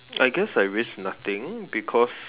I guess I risk nothing because